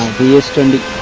the estimated